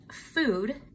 food